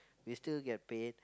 we still get paid